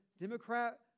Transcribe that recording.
Democrat